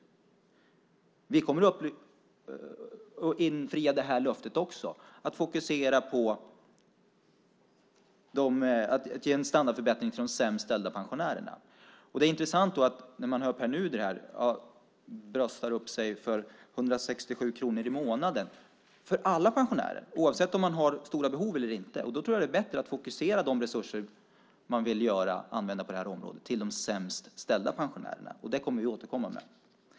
Vi kommer att infria också detta löfte att fokusera på en standardförbättring för de sämst ställda pensionärerna. Det är då intressant att höra Pär Nuder brösta upp sig här för 167 kronor i månaden för alla pensionärer oavsett om de har stora behov eller inte. Jag tror att det är bättre att fokusera de resurser man vill använda på detta område till de sämst ställda pensionärerna. Det kommer vi att återkomma med.